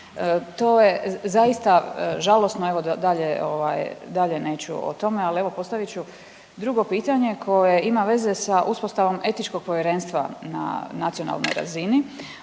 To je zaista žalosno evo da, dalje ovaj dalje neću o tome, ali evo postavit ću drugo pitanje koje ima veze sa uspostavom etičkog povjerenstva na nacionalnoj razini.